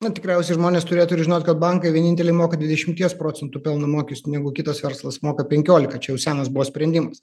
na tikriausiai žmonės turėtų ir žinot kad bankai vieninteliai moka dvidešimties procentų pelno mokestį negu kitas verslas moka penkiolika čia jau senas buvo sprendimas